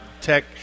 Tech